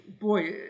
boy